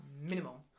minimal